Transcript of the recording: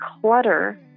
clutter